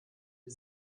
die